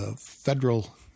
federal –